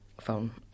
phone